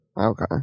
okay